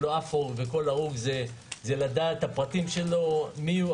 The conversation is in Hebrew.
כל הרוג זה לדעת את הפרטים שלו, מיהו.